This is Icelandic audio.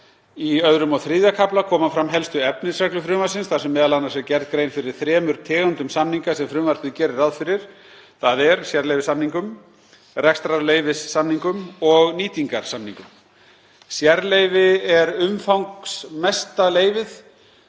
Í II. og III. kafla koma fram helstu efnisreglur frumvarpsins, þar sem m.a. er gerð grein fyrir þeim þremur tegundum samninga sem frumvarpið gerir ráð fyrir, þ.e. sérleyfissamningum, rekstrarleyfissamningum og nýtingarsamningum. Sérleyfi er umfangsmesta leyfið